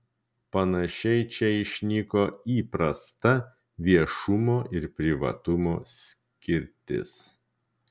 panašiai čia išnyko įprasta viešumo ir privatumo skirtis